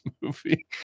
movie